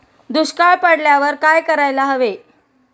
दुष्काळ पडल्यावर काय करायला हवे?